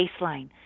baseline